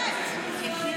זה נורא מתנשא.